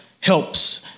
helps